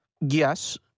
Yes